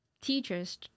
teachers